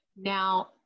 Now